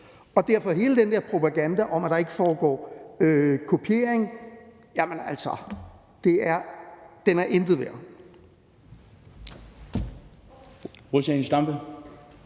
i. Derfor er hele den der propaganda om, at der ikke foregår kopiering, intet værd.